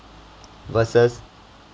versus